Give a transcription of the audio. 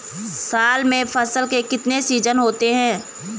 साल में फसल के कितने सीजन होते हैं?